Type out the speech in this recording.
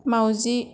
मावजि